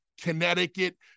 Connecticut